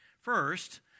First